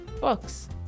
books